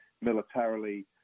militarily